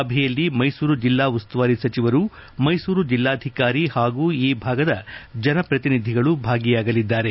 ಸಭೆಯಲ್ಲಿ ಮೈಸೂರು ಜಿಲ್ಲಾ ಉಸ್ತುವಾರಿ ಸಚಿವರು ಮೈಸೂರು ಜಿಲ್ಲಾಧಿಕಾರಿ ಹಾಗೂ ಈ ಭಾಗದ ಜನಪ್ರತಿನಿಧಿಗಳು ಭಾಗಿಯಾಗಲಿದ್ದಾರೆ